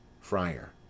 FRIAR